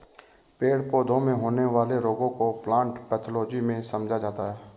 पेड़ पौधों में होने वाले रोगों को प्लांट पैथोलॉजी में समझा जाता है